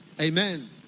amen